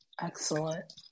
excellent